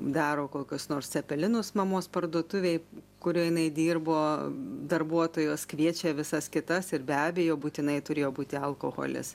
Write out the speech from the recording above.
daro kokius nors cepelinus mamos parduotuvėj kurioj jinai dirbo darbuotojos kviečia visas kitas ir be abejo būtinai turėjo būti alkoholis